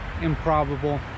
improbable